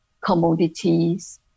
commodities